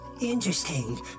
interesting